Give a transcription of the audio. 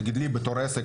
נגיד לי בתור עסק,